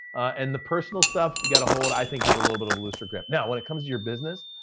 and the personal stuff, you gotta hold i think with a little bit of looser grip. now when it comes to your business,